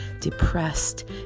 depressed